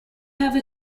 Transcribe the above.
have